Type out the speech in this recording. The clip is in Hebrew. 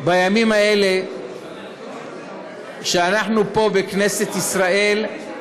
בימים האלה שאנחנו פה, בכנסת ישראל,